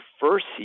first